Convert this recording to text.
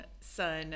Son